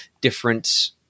different